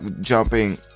jumping